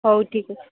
ହେଉ ଠିକ୍ ଅଛି